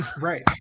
Right